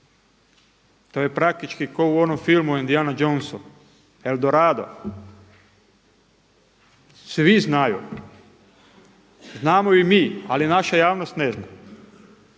To je praktički ko u onom filmu o Indiani Johnsu El Dorado. Svi znaju, znamo i mi, ali naša javnost ne zna